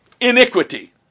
iniquity